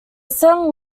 song